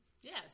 Yes